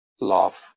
love